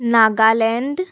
Nagaland